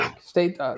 state